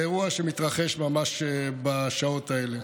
לאירוע שמתרחש בשעות האלה.